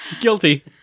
Guilty